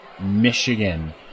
Michigan